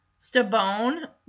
Stabone